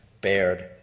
bared